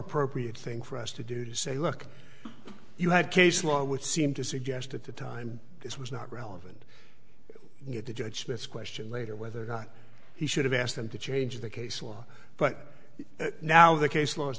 appropriate thing for us to do to say look you had case law would seem to suggest at the time this was not relevant to judge smith's question later whether or not he should have asked them to change the case law but now the case law